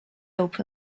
open